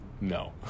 no